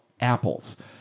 apples